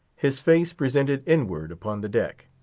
his face presented inward upon the deck.